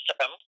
system